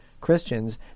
Christians